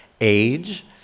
age